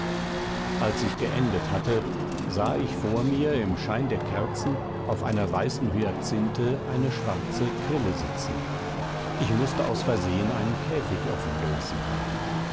als ich geendet hatte sah ich vor mir im schein der kerzen auf einer weißen hyazinthe eine schwarze grille sitzen ich mußte aus versehen einen käfig offengelassen haben